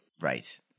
Right